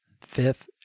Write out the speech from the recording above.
fifth